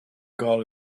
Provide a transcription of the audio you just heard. calls